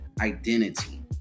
identity